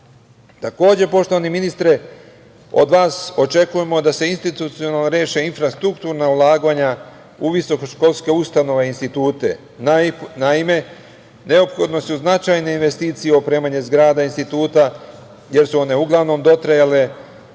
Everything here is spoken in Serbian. BDP.Takođe, poštovani ministre, od vas očekujemo da se institucionalno reše infrastrukturna ulaganja u visokoškolske ustanove i institute. Naime, neophodne su značajne investicije u opremanje zgrada, instituta, jer su one uglavnom dotrajale,